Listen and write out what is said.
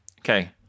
Okay